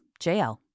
JL